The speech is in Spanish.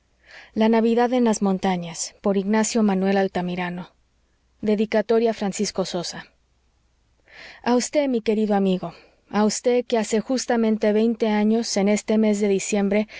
literature and pleaded for the utilization of national material dedicatoria a francisco sosa a vd mi querido amigo a vd que hace justamente veinte años en este mes de diciembre